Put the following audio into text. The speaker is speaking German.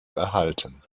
erhalten